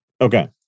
Okay